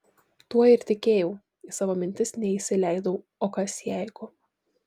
tuo ir tikėjau į savo mintis neįsileidau o kas jeigu